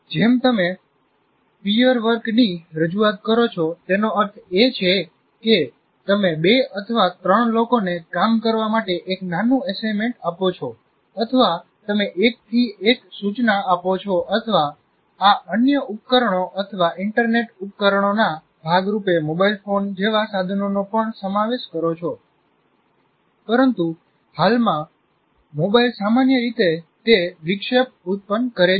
જેમ તમે peer work ની રજૂઆત કરો છો તેનો અર્થ એ છે કે તમે બે અથવા ત્રણ લોકોને કામ કરવા માટે એક નાનું એસાઈમેન્ટ આપો છો અથવા તમે એકથી એક સૂચના આપો છો અથવા આ અન્ય ઉપકરણો અથવા ઇન્ટરનેટ ઉપકરણોના ભાગરૂપે મોબાઇલ ફોન જેવા સાધનોનો પણ સમાવેશ કરો છો પરંતુ હાલમાં મોબાઇલ સામાન્ય રીતે તે વિક્ષેપ ઉત્પન કરે જ છે